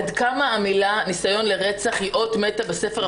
עד כמה המילים "ניסיון לרצח" הן אות מתה בספר החוקים.